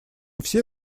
все